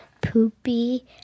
poopy